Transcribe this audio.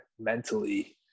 mentally